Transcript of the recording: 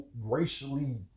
racially